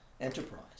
enterprise